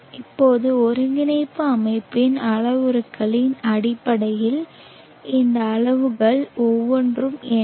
இப்போது ஒருங்கிணைப்பு அமைப்பின் அளவுருக்களின் அடிப்படையில் இந்த அளவுகள் ஒவ்வொன்றும் என்ன